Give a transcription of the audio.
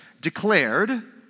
declared